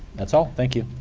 that's all. thank you.